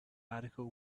article